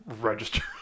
register